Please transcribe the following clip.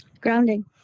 Grounding